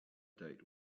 date